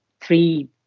three